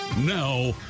now